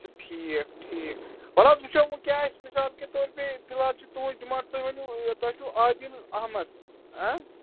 اچھا ٹھیٖک ٹھیٖک وَل حظ وٕچھو وٕ کیٛاہ اَسہِ مِثال کے طور پے فِلحال چھِ تُہٕنٛز ڈِمانٛڈ تُہۍ ؤنِو تۄہہِ چھُو عادل احمد ہہ